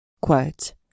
Quote